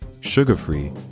sugar-free